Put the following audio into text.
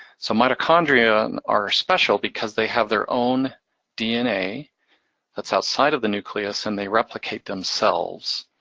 so mitochondrion are special because they have their own dna that's outside of the nucleus and they replicate themselves.